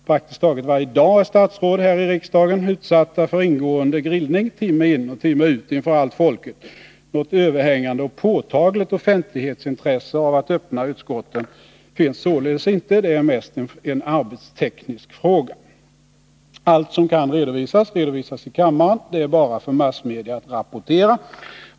Praktiskt taget varje dag är statsråd häri kammaren utsatta för ingående grillning timme in och timme ut inför allt folket. Något överhängande och påtagligt offentlighetsintresse att öppna utskotten finns således inte. Det är mest en arbetsteknisk fråga. Allt som kan redovisas, redovisas i kammaren. Det är bara för massmedia att rapportera.